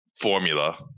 formula